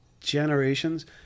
generations